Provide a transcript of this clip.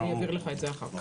אני אעביר לך את זה אחר כך.